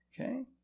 okay